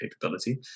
capability